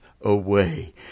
away